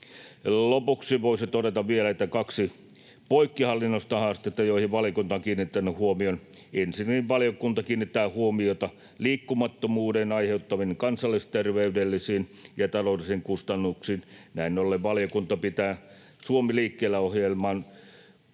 Lopuksi voisin todeta vielä kaksi poikkihallinnollista haastetta, joihin valiokunta on kiinnittänyt huomion. Ensinnäkin valiokunta kiinnittää huomiota liikkumattomuuden aiheuttamiin kansanterveydellisiin ja taloudellisiin kustannuksiin. Näin ollen valiokunta pitää Suomi liikkeelle ‑ohjelmaan kohdentuvaa